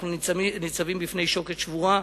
אנחנו ניצבים בפני שוקת שבורה.